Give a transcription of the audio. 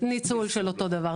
ניצול של אותו דבר,